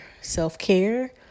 self-care